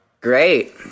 Great